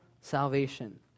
salvation